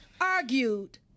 argued